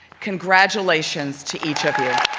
congratulations to each of you.